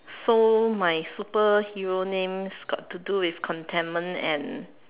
so my superhero names got to do with contentment and